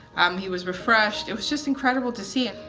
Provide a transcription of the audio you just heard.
um he was refreshed, it was just incredible to see it.